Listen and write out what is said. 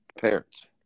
parents